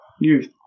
Youth